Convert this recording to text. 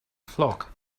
flock